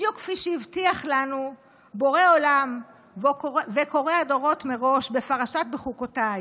בדיוק כפי שהבטיח לנו בורא עולם וקורא הדורות מראש בפרשת בחוקותיי: